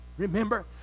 Remember